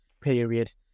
period